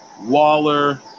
Waller